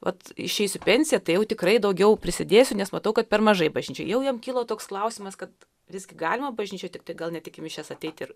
vat išeisiu į pensiją tai jau tikrai daugiau prisidėsiu nes matau kad per mažai bažnyčioj jau jam kilo toks klausimas kad visgi galima bažnyčioj ne tiktai gal ne tik į mišias ateiti ir